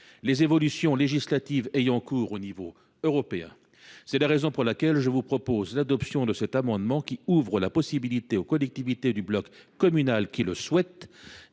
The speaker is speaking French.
les évolutions législatives en cours au niveau européen. C’est la raison pour laquelle je vous propose d’adopter cet amendement : cela offrirait aux collectivités du bloc communal qui le souhaitent